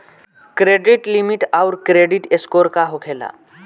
Credit limit आउर credit score का होखेला?